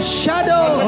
shadow